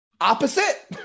opposite